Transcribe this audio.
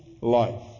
life